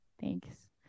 Thanks